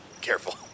Careful